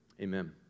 Amen